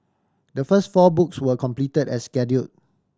the first four books were completed as schedule